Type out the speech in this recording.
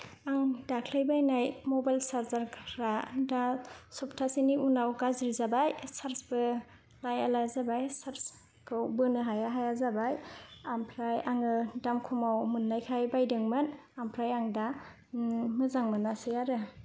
आं दाख्लै बायनाय मबाइल चार्जार फ्रा दा सफ्थासेनि उनाव गाज्रि जाबाय चार्ज बो लायाला जाबाय चार्ज खौ बोनो हाया हाया जाबाय ओमफ्राय आङो दाम खमाव मोननायखाय बायदोंमोन ओमफ्राय आं दा मोजां मोनासै आरो